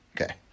Okay